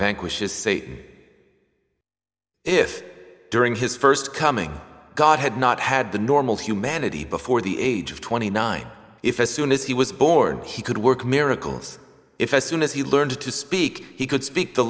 vanquishes satan if during his st coming god had not had the normal humanity before the age of twenty nine if as soon as he was born he could work miracles if s soon as he learned to speak he could speak the